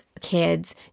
kids